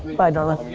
bye darlin'.